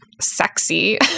sexy